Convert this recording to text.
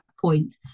point